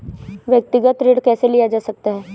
व्यक्तिगत ऋण कैसे लिया जा सकता है?